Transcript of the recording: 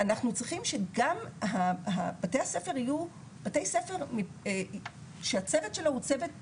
אנחנו צריכים שגם בתי הספר יהיו בתי ספר שהצוות שלו הוא צוות יציב,